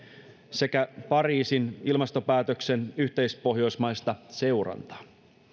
sekä pariisin ilmastopäätöksen yhteispohjoismaista seurantaa